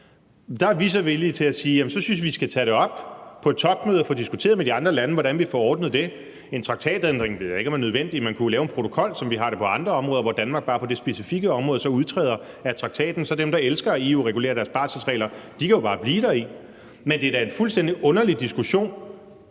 Der er vi så villige til at sige: Så synes vi, vi skal tage det op på et topmøde og få diskuteret med de andre lande, hvordan vi får ordnet det. Jeg ved ikke, om en traktatændring er nødvendig, men man kunne lave en protokol, som vi har det på andre områder, hvor Danmark bare på det specifikke område så udtræder af traktaten, og så kan de, der elsker at EU-regulere deres barselsregler, bare forblive deri. Men det er da en fuldstændig underlig diskussion